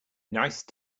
nice